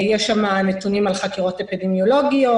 יש שם נתונים על חקירות אפידמיולוגיות,